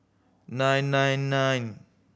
nine nine nine